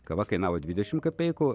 kava kainavo dvidešimt kapeikų